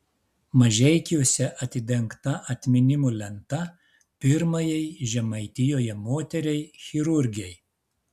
mažeikiuose atidengta atminimo lenta pirmajai žemaitijoje moteriai chirurgei